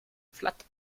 flat